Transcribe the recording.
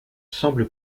semble